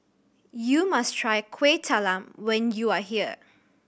you must try Kuih Talam when you are here